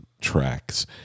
tracks